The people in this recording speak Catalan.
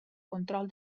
control